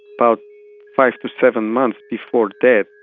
about five seven months before death,